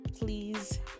please